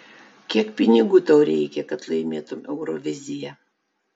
kiek pinigų tau reikia kad laimėtumei euroviziją